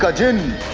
ah djinn.